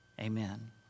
amen